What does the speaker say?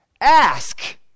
ask